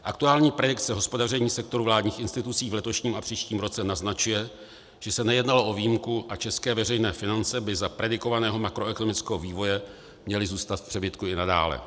Aktuální predikce hospodaření sektoru vládních institucí v letošních a příštím roce naznačuje, že se nejednalo o výjimku a české veřejné finance by za predikovaného makroekonomického vývoje měly zůstat v přebytku i nadále.